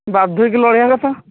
ବାଧ୍ୟ ହେଇକି ଲଢ଼ିବା କଥା